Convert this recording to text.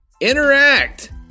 Interact